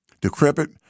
Decrepit